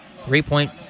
Three-point